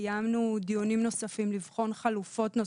קיימנו דיונים נוספים לבחון חלופות נוספות.